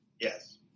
Yes